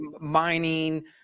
mining